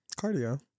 cardio